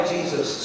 Jesus